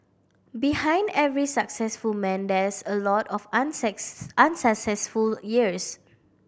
behind every successful man there's a lot of unsuccess unsuccessful years